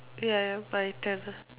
ya if I tell her